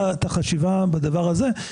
-- כאשר אנחנו עושים את החשיבה בדבר הזה,